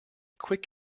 quick